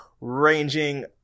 Ranging